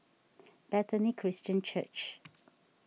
Bethany Christian Church